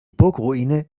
burgruine